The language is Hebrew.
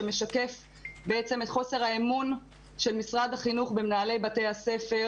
שמשקף את חוסר האמון של משרד החינוך במנהלי בתי הספר